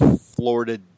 florida